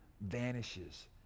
vanishes